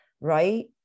right